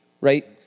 right